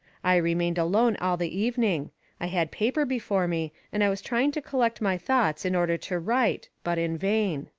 i remained alone all the evening i had paper before me and i was trying to collect my thoughts in order to write, but in vain.